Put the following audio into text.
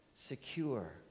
secure